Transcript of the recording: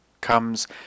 comes